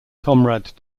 comrade